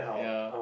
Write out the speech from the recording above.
ya